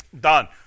Done